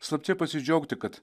slapčia pasidžiaugti kad